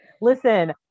listen